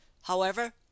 However